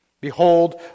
Behold